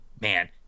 man